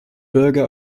bürger